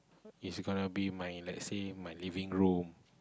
is gonna be my let's say my living room